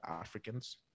Africans